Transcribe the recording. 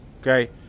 Okay